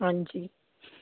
ਹਾਂਜੀ